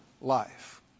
life